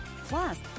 Plus